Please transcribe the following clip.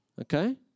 okay